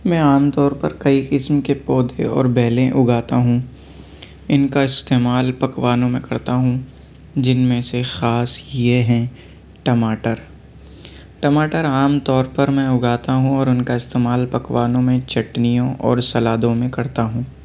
میں عام طور پر کئی قسم کے پودھے اور بیلیں اگاتا ہوں اِن کا استعمال پکوانوں میں کرتا ہوں جن میں سے خاص یہ ہیں ٹماٹر ٹماٹر عام طور پر میں اگاتا ہوں اور اُن کا استعمال پکوانوں میں چٹنیوں اور سلادوں میں کرتا ہوں